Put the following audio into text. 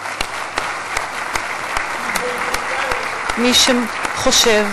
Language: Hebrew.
(מחיאות כפיים) מי שחושב